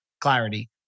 clarity